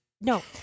No